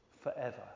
forever